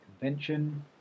Convention